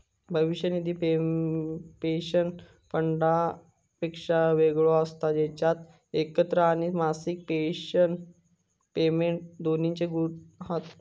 भविष्य निधी पेंशन फंडापेक्षा वेगळो असता जेच्यात एकत्र आणि मासिक पेंशन पेमेंट दोन्हिंचे गुण हत